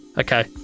okay